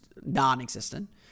non-existent